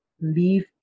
leave